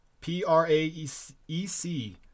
P-R-A-E-C